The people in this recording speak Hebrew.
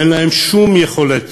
אין להם שום יכולת